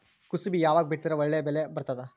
ಕುಸಬಿ ಯಾವಾಗ ಬಿತ್ತಿದರ ಒಳ್ಳೆ ಬೆಲೆ ಬರತದ?